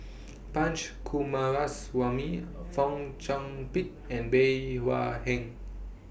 Punch Coomaraswamy Fong Chong Pik and Bey Hua Heng